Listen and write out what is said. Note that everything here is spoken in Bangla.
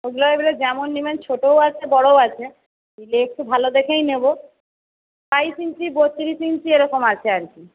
ওগুলো এবারে যেমন নিবেন ছোটোও আছে বড়োও আছে নিলে একটু ভালো দেখেই নেবো বাইশ ইঞ্চি বত্রিশ ইঞ্চি এরকম আছে আর কি